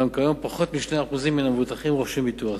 אולם כיום פחות מ-2% מן המבוטחים רוכשים ביטוח זה,